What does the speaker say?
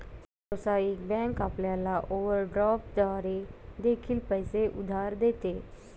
व्यावसायिक बँक आपल्याला ओव्हरड्राफ्ट द्वारे देखील पैसे उधार देते